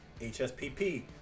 HSPP